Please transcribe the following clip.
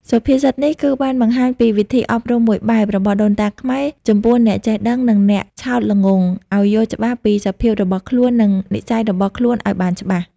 សុភាសិតនេះ គឺបានបង្ហាញពីវិធីអប់រំមួយបែប របស់ដូនតាខ្មែរ ចំពោះអ្នកចេះដឹង និងអ្នកឆោតល្ងង់ ឲ្យយល់ច្បាស់ពីសភាពរបស់ខ្លួន និងនិស្ស័យរបស់ខ្លួនឲ្យបានច្បាស់។